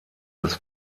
des